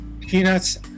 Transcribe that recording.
Peanuts